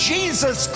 Jesus